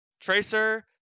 Tracer